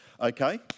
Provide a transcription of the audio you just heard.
okay